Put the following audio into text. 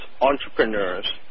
entrepreneurs